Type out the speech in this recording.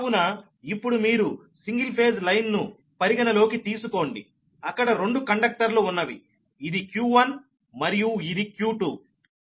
కావున ఇప్పుడు మీరు సింగిల్ ఫేస్ లైన్ ను పరిగణలోకి తీసుకోండి అక్కడ రెండు కండక్టర్లు ఉన్నవి ఇది q1 మరియు ఇది q2